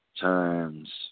times